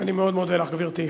אני מאוד מודה לך, גברתי.